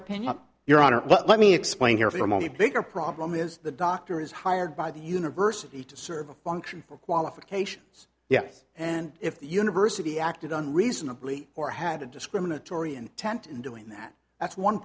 opinion your honor let me explain here for a moment bigger problem is the doctor is hired by the university to serve a function for qualifications yes and if the university acted on reasonably or had a discriminatory intent in doing that that's one